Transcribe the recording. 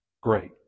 great